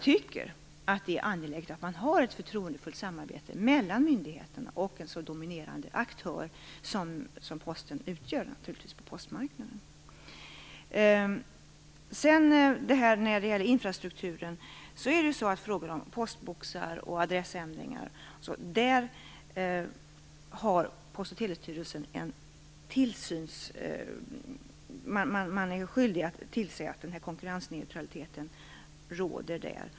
Det är angeläget att man har ett förtroendefullt samarbete mellan myndigheterna och en sådan dominerade aktör som Posten utgör på postmarknaden. Beträffande infrastrukturen, frågor om postboxar och adressändring, är Post och telestyrelsen skyldig att tillse att konkurrensneutralitet råder.